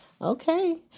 Okay